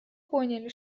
поняли